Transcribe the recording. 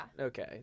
Okay